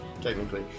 Technically